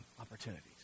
opportunities